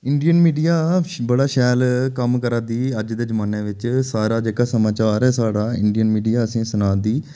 Indian media बड़ा शैल कम्म करै दी अज्ज दे जमाने बिच सारा जेह्का समाचार ऐ साढ़ा इंडियन मीडिया असें गी सनाऽ दी